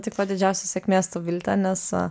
tai kuo didžiausios sėkmės tau vilte nes